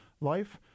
life